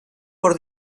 por